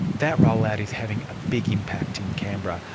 that rollout is having a big impact in canberra,